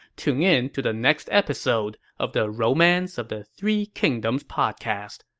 tune in to the next episode of the romance of the three kingdoms podcast.